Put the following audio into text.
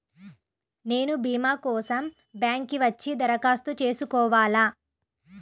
నేను భీమా కోసం బ్యాంక్కి వచ్చి దరఖాస్తు చేసుకోవాలా?